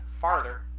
farther